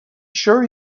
sure